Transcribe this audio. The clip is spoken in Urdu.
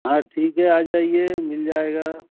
ہاں ٹھیک ہے آ جائیے مل جائے گا